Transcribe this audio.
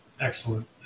excellent